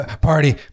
party